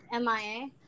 MIA